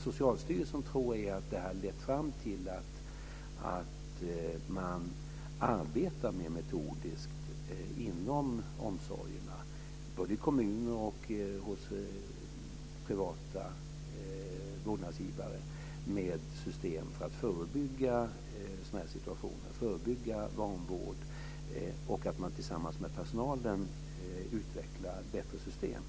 Socialstyrelsen tror att det här har lett fram till att man arbetar mer metodiskt inom omsorgerna både i kommuner och hos privata vårdgivare med system för att förebygga sådana här situationer, förebygga vanvård. Tillsammans med personalen utvecklar man bättre system.